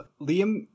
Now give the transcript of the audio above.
Liam